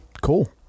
Cool